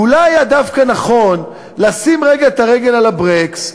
ואולי היה דווקא נכון לשים רגע את הרגל על הברקס,